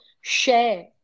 share